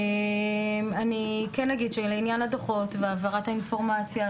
אני כן אגיד שלעניין הדו"חות והעברת האינפורמציה,